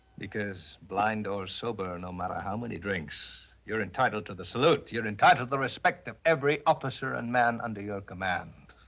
because blind or sober. know matter how much he drinks. you're entitled to the saloon. you're entitled to the respect of every officer. and man under your command.